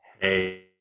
Hey